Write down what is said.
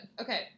Okay